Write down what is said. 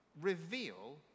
reveal